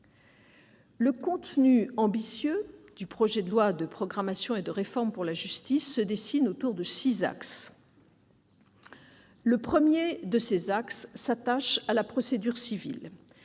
Le contenu ambitieux du projet de loi de programmation et de réforme pour la justice se dessine autour de six axes. Le premier a trait à la procédure civile.